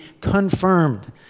confirmed